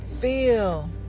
Feel